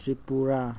Tripura